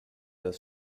das